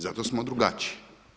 Zato smo drugačiji.